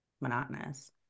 monotonous